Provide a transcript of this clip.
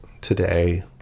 today